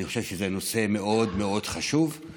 אני חושב שזה נושא מאוד מאוד חשוב,